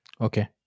Okay